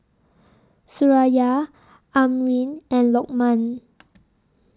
Suraya Amrin and Lokman